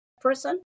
person